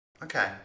Okay